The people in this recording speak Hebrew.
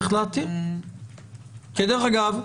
שתהיה פה הסכמה,